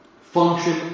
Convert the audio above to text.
function